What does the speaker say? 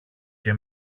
και